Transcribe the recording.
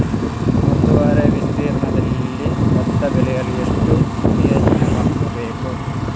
ಒಂದುಎಕರೆ ವಿಸ್ತೀರ್ಣದಲ್ಲಿ ಭತ್ತ ಬೆಳೆಯಲು ಎಷ್ಟು ಎಚ್.ಪಿ ಪಂಪ್ ಬೇಕು?